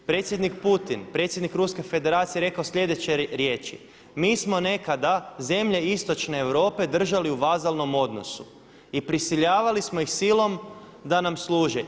Predsjednik Putin, predsjednik Ruske Federacije je rekao sljedeće riječi: „Mi smo nekada zemlje istočne Europe držali u vazalnom odnosu i prisiljavali smo ih silom da nam služe.